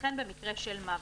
וכן במקרה מוות,